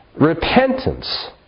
Repentance